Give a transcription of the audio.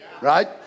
Right